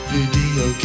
Video